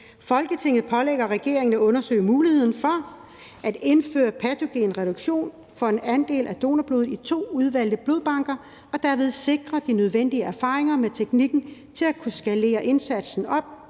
Folketinget pålægger regeringen at undersøge mulighederne for at indføre patogenreduktion for en andel af donorblodet i to udvalgte blodbanker og derved sikre de nødvendige erfaringer med teknikken til at kunne skalere indsatsen op